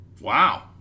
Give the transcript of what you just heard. Wow